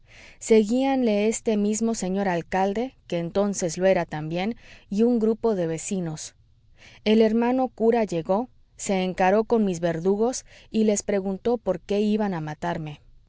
apresuradamente seguíanle este mismo señor alcalde que entonces lo era también y un gran grupo de vecinos el hermano cura llegó se encaró con mis verdugos y les preguntó porqué iban a matarme